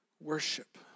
worship